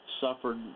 suffered